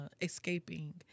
escaping